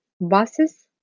buses